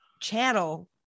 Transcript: channel